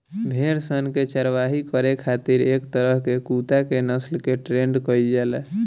भेड़ सन के चारवाही करे खातिर एक तरह के कुत्ता के नस्ल के ट्रेन्ड कईल जाला